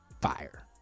fire